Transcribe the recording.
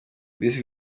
visi